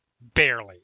Barely